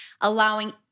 allowing